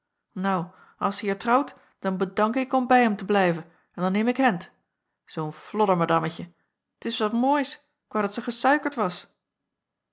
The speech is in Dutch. nou assie er trouwt dan bedank ik om bij m te blijven en dan neem ik hendt zoo'n floddermadammetje t is wat moois k woû dat ze gesuikerd was